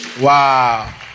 wow